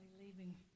leaving